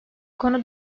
konu